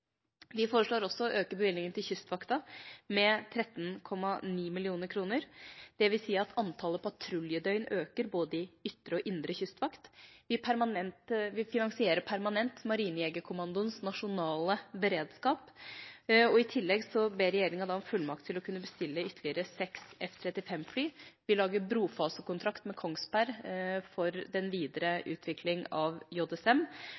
Vi foreslår også å øke bevilgningene til Kystvakten med 13,9 mill. kr, dvs. at antallet patruljedøgn øker både i ytre og indre kystvakt. Vi finansierer permanent Marinejegerkommandoens nasjonale beredskap. I tillegg ber regjeringa om fullmakt til å kunne bestille ytterligere seks F-35-fly. Vi lager brofasekontrakt med Kongsberg for den